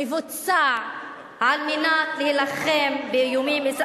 מבוצע על מנת להילחם באיומים.